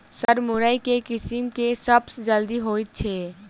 Sir मुरई केँ किसिम केँ सबसँ जल्दी होइ छै?